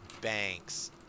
banks